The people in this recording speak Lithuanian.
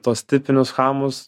tuos tipinius chamus